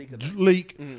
leak